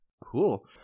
Cool